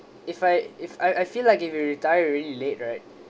if I if I I feel like if you retire very late right